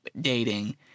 dating